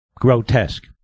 grotesque